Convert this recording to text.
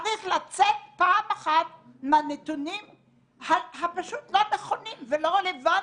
צריך לצאת פעם אחת מהנתונים הפשוט לא נכונים ולא רלוונטיים.